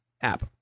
app